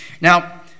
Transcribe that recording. Now